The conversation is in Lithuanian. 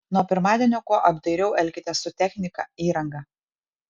nuo pirmadienio kuo apdairiau elkitės su technika įranga